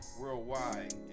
worldwide